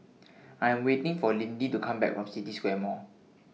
I Am waiting For Lindy to Come Back from City Square Mall